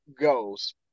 goes